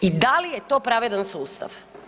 I da li je to pravedan sustav?